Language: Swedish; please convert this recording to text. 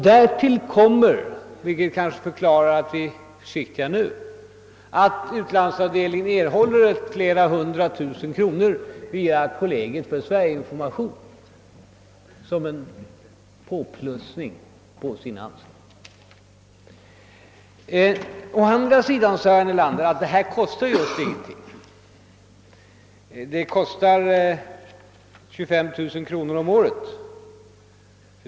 Därtill kommer — vilket kanske förklarar att programmen sänds nu — att utlandsavdelningen erhåller flera hundra tusen kronor via Kollegiet för Sverige-information i utlandet som en påplussning på sina anslag. Å andra sidan sade herr Nelander att dessa program just inte kostar någonting — endast cirka 25 000 kronor om året.